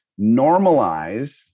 normalize